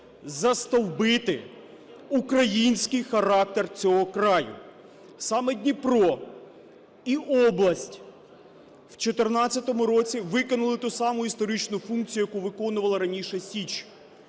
застовбити український характер цього краю. Саме Дніпро і область в 14-му році виконали ту саму історичну функцію, яку виконувала раніше Січ